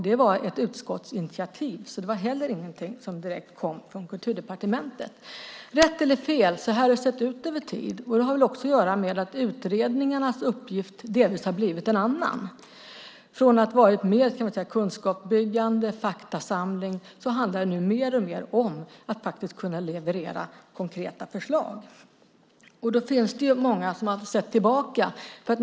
Det var ett utskottsinitiativ, så det var inte heller något som kom direkt från Kulturdepartementet. Rätt eller fel, men så har det sett ut över tid. Det har väl också att göra med att utredningarnas uppgift delvis har blivit en annan. Från att ha varit mer kunskapsbyggande och faktasamlande handlar det nu mer och mer om att kunna leverera konkreta förslag. Det finns många som har sett tillbaka.